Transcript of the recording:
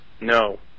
no